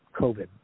COVID